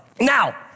Now